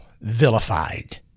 vilified